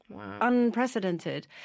unprecedented